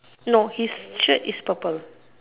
no his shirt is purple